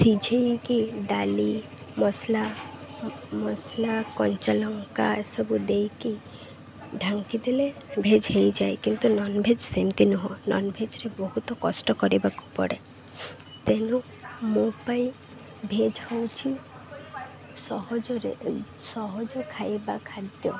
ସିଝାଇକି ଡାଲି ମସଲା ମସଲା କଞ୍ଚାଲଙ୍କା ଏସବୁ ଦେଇକି ଢାଙ୍କି ଦେେଲେ ଭେଜ୍ ହୋଇଯାଏ କିନ୍ତୁ ନନଭେଜ୍ ସେମିତି ନୁହଁ ନନଭେଜ୍ରେ ବହୁତ କଷ୍ଟ କରିବାକୁ ପଡ଼େ ତେଣୁ ମୋ ପାଇଁ ଭେଜ୍ ହେଉଛିି ସହଜରେ ସହଜ ଖାଇବା ଖାଦ୍ୟ